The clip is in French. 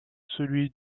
celui